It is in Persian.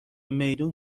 میدون